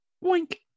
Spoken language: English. Wink